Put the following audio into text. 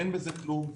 אין בזה כלום.